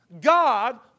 God